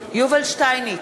יובל שטייניץ,